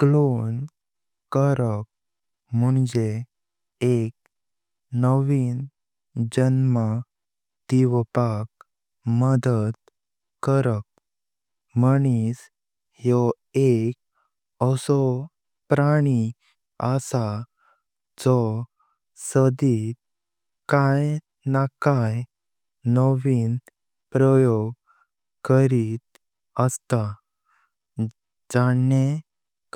क्लोन करप मुञे एक नवीन जन्मा दिवपाक मदद करप माणिस यो एक असो प्राणी असा जो सडित काएं न्हा काएं। नवीन प्रयोग करीत असता जेने